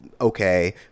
okay